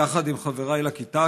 יחד עם חבריי לכיתה,